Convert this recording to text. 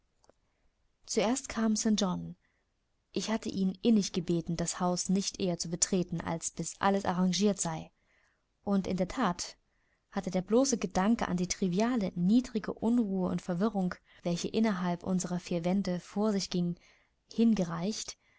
zuerst kam st john ich hatte ihn innig gebeten das haus nicht eher zu betreten als bis alles arrangiert sei und in der that hatte der bloße gedanke an die triviale niedrige unruhe und verwirrung welche innerhalb unserer vier wände vor sich ging hingereicht